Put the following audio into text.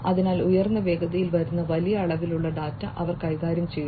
അതിനാൽ ഉയർന്ന വേഗതയിൽ വരുന്ന വലിയ അളവിലുള്ള ഡാറ്റ അവർ കൈകാര്യം ചെയ്യുന്നു